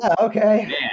okay